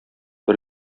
бер